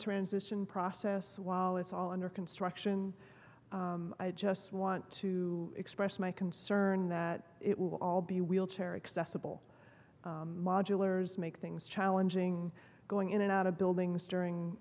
transition process while it's all under construction i just want to express my concern that it will all be wheelchair accessible modulars make things challenging going in and out of buildings during